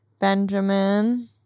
Benjamin